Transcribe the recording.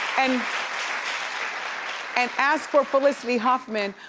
and and as for felicity huffman,